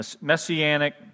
messianic